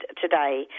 today